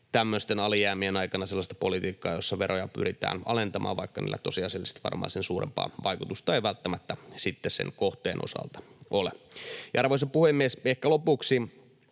tämmöisten alijäämien aikana sellaista politiikkaa, jossa veroja pyritään alentamaan, vaikka niillä tosiasiallisesti varmaan sen suurempaa vaikutusta ei välttämättä sitten sen kohteen osalta ole. Arvoisa puhemies! Ehkä lopuksi: